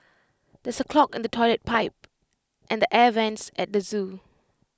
there is A clog in the Toilet Pipe and the air Vents at the Zoo